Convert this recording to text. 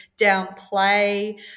downplay